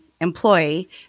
employee